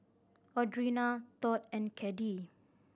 Audrina Todd and Caddie